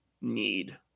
need